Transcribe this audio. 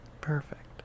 Perfect